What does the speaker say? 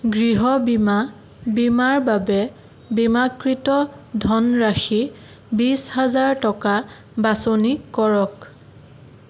গৃহ বীমা বীমাৰ বাবে বীমাকৃত ধনৰাশি বিশ হাজাৰ টকা বাছনি কৰক